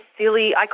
silly